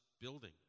building